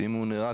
אם הוא נהרג,